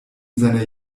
seiner